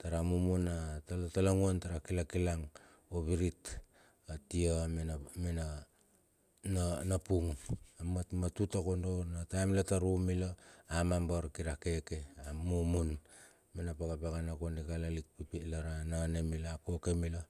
Tara mumun a talatalanguan tara kila kilang ovirit atia mena mena na na pung. A matmatut takondo a taem latar um mila, amambar kira keke, amumun mena pakapakana kondi la lalik pipit lara nane mila, a koke mila,